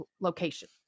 location